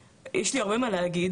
יש לי הרבה מה להגיד.